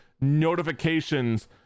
notifications